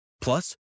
Plus